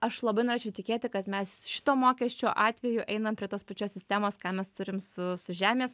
aš labai norėčiau tikėti kad mes šito mokesčio atveju einam prie tos pačios sistemos ką mes turim su su žemės